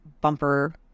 bumper